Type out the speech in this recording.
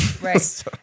Right